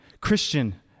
Christian